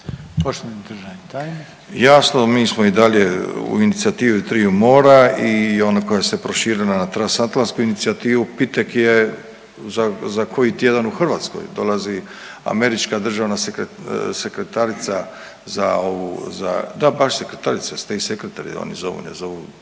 **Milatić, Ivo** Jasno, mi smo i dalje u Inicijativi triju mora i ona koja se proširila na Transatlantsku inicijativu, Pitak je za, za koji tjedan u Hrvatskoj, dolazi američka državna sekreta…, sekretarica za ovu, za, da baš sekretarica…/Govornik se ne razumije/…oni zovu, ne zovu